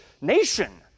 nation